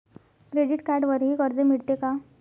Credit कार्डवरही कर्ज मिळते का?